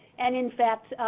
and in fact,